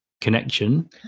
connection